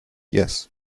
yes